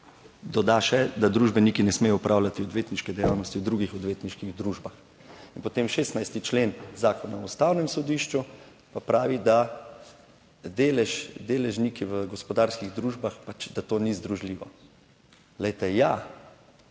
Doda še, da "družbeniki ne smejo opravljati odvetniške dejavnosti v drugih odvetniških družbah." In potem 16. člen Zakona o Ustavnem sodišču pa pravi, da delež deležniki v gospodarskih družbah pač, da to ni združljivo. Glejte, ja,